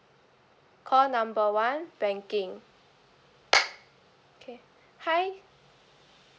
call number one banking okay hi